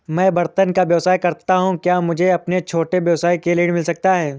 मैं बर्तनों का व्यवसाय करता हूँ क्या मुझे अपने छोटे व्यवसाय के लिए ऋण मिल सकता है?